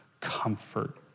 comfort